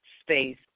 space